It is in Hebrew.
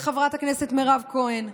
לחברת הכנסת מירב כהן,